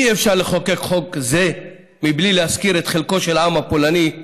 אי-אפשר לחוקק חוק זה מבלי להזכיר את חלקו של העם הפולני,